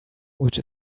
which